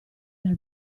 dal